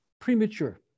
premature